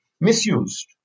misused